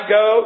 go